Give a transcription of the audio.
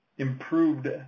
improved